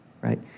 right